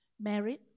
married